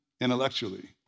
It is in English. intellectually